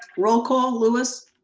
roll call. louis.